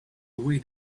away